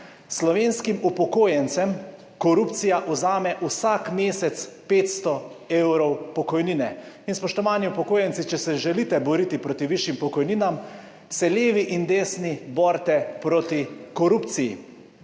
Slovenskim upokojencem korupcija vzame vsak mesec 500 evrov pokojnine. In spoštovani upokojenci, če se želite boriti proti višjim pokojninam, se levi in desni borite proti korupciji.